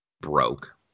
broke